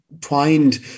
twined